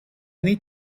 need